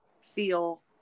feel